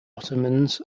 ottomans